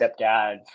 stepdad